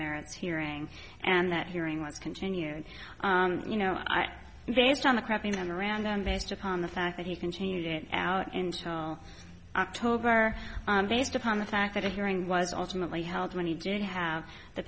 merits hearing and that hearing was continue and you know i based on the crappy memorandum based upon the fact that he continued it out in october based upon the fact that a hearing was ultimately held when he did have the